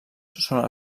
són